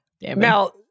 Now